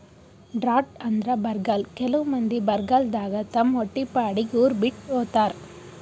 drought ಅಂದ್ರ ಬರ್ಗಾಲ್ ಕೆಲವ್ ಮಂದಿ ಬರಗಾಲದಾಗ್ ತಮ್ ಹೊಟ್ಟಿಪಾಡಿಗ್ ಉರ್ ಬಿಟ್ಟ್ ಹೋತಾರ್